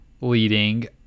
leading